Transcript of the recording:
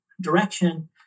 direction